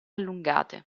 allungate